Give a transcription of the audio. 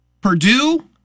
Purdue